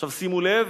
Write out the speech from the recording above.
עכשיו שימו לב,